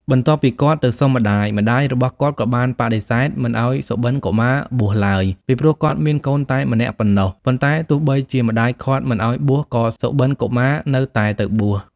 បន្តាប់ពីគាត់ទៅសុំម្តាយ ម្តាយរបស់គាត់ក៏បានបដិសេធមិនអោយសុបិន្តកុមារបួសឡើយ ពីព្រោះគាត់មានកូនតែមួយប៉ុណ្នោះ ប៉ុន្តែទោះបីជាម្តាយឃាត់មិនអោយបួសក៏សុបិន្តកុមាននៅតែទៅបួស។